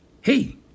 hey